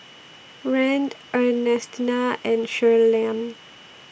Rand Ernestina and Shirleyann